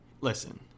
listen